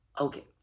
Okay